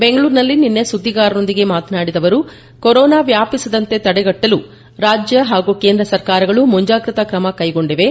ಬೆಂಗಳೂರಿನಲ್ಲಿ ನಿನ್ನೆ ಸುದ್ದಿಗಾರರೊಂದಿಗೆ ಮಾತನಾಡಿದ ಅವರು ಕೊರೋನಾ ವ್ಯಾಪಿಸದಂತೆ ತಡೆಗಟ್ನಲು ರಾಜ್ಯ ಹಾಗೂ ಕೇಂದ್ರ ಸರ್ಕಾರಗಳು ಮುಂಜಾಗ್ರತಾ ಕ್ರಮ ಕೈಗೊಂಡಿವೆ